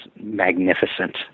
magnificent